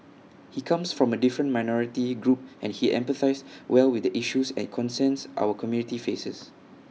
he comes from A different minority group and he empathises well with the issues and concerns our community faces